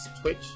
Twitch